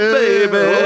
baby